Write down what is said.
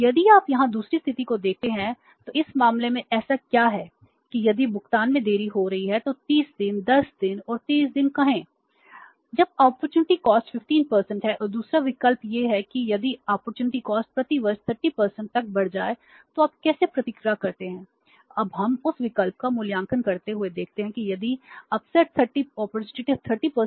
यदि आप यहां दूसरी स्थिति को देखते हैं तो इस मामले में ऐसा क्या है कि यदि भुगतान में देरी हो रही है तो 30 दिन 10 दिन और 30 दिन कहें